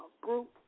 group